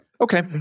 okay